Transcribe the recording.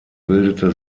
bildete